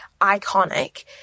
iconic